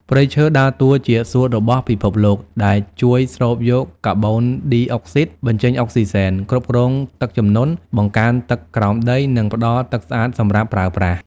ព្រៃឈើដើរតួជាសួតរបស់ពិភពលោក ដែលជួយស្រូបយកកាបូនឌីអុកស៊ីត បញ្ចេញអុកស៊ីសែន គ្រប់គ្រងទឹកជំនន់ បង្កើនទឹកក្រោមដី និងផ្តល់ទឹកស្អាតសម្រាប់ប្រើប្រាស់។